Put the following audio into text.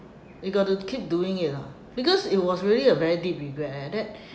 that you know you got to keep doing it lah because it was really a very deep regret eh that